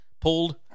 pulled